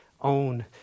own